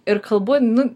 ir kalbu nu